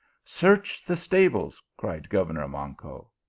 search the stables, cried governor manco.